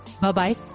bye-bye